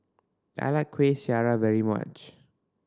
I like Kueh Syara very much